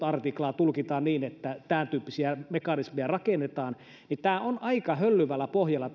artiklaa tulkita niin että tämäntyyppisiä mekanismeja rakennetaan oikeusperusta on aika höllyvällä pohjalla